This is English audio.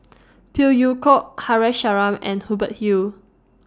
Phey Yew Kok Haresh Sharma and Hubert Hill